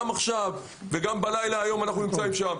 גם עכשיו וגם בלילה אנחנו נמצאים שם.